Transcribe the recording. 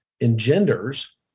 engenders